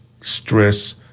stress